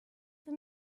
for